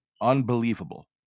unbelievable